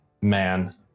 man